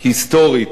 היסטורית